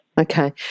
Okay